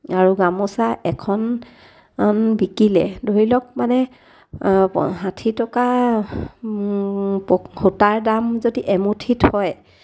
আৰু গামোচা এখন বিকিলে ধৰি লওক মানে ষাঠি টকা সূতাৰ দাম যদি এমুঠিত হয়